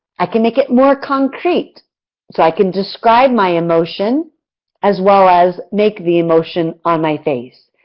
i can make it more concrete so i can describe my emotion as well as make the emotion on my face.